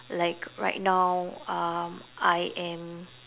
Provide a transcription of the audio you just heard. like right now um I am